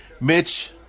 Mitch